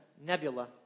Nebula